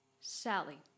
Sally